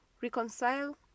reconcile